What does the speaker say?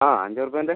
ആ അഞ്ച് ഉർപ്യേന്റെ